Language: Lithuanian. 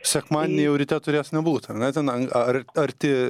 sekmadienį jau ryte turės nebūti ar ne ten ar arti